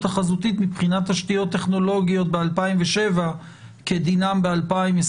החזותית מבחינת תשתיות טכנולוגיות ב-2007 כדינם ב-2021.